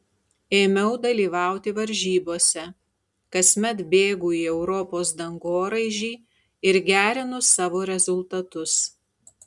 ėmiau dalyvauti varžybose kasmet bėgu į europos dangoraižį ir gerinu savo rezultatus